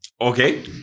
Okay